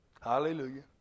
Hallelujah